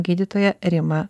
gydytoja rima